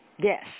Yes